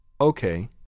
Okay